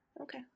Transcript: Okay